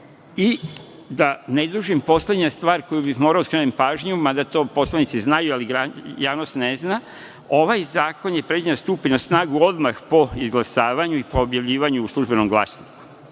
ne dužim, poslednja stvar na koju bih morao da skrenem pažnju, mada to poslanici znaju, ali javnost ne zna, ovaj zakon je predviđen da stupi na snagu odmah po izglasavanju i po objavljivanju u „Službenom glasniku“.